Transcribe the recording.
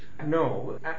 No